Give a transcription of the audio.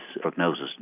prognosis